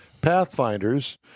Pathfinders